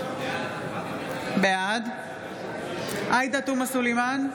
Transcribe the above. בעד עאידה תומא סלימאן,